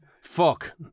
Fuck